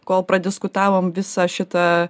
kol padiskutavom visą šitą